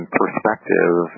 perspective